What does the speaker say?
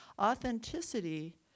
authenticity